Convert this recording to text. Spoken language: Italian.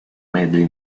medley